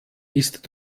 ist